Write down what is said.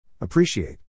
Appreciate